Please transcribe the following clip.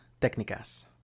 técnicas